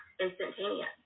instantaneous